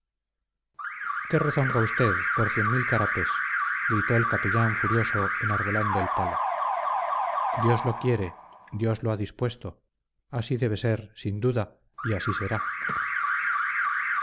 qué rezonga usted por cien mil carapes gritó el capellán furioso enarbolando el palo dios lo quiere dios lo ha dispuesto así debe ser sin duda y así será